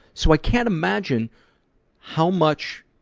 so i can't imagine how much